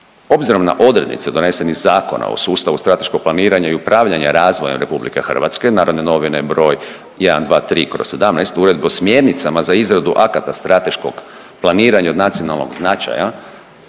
obzirom na odrednice donesenih zakona o sustavu strateškog planiranja i upravljanja razvojem RH Narodne novine broj 123/17, Uredbe o smjernicama za izradu akata strateškog planiranja od nacionalnog značaja